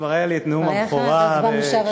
כבר היה לי נאום הבכורה כשהושבעתי,